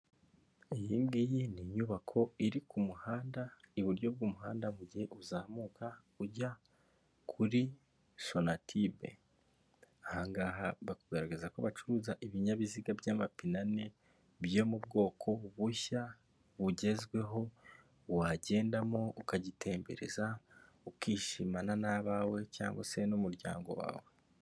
Iyngiyi ni inyubako iri ku kumuhanda iburyo bw'umuhanda mu gihe uzamuka ujya kuri SONATUB bakagaragaza ko bacuruza ibinyabiziga by'amapine ane byo mu bwoko bushya bugezweho wagendamo ukagitembereza, ukishimana n'abawe cyangwa se n'umuryango wawe.